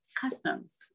customs